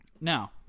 Now